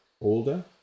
older